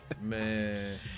Man